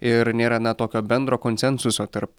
ir nėra na tokio bendro konsensuso tarp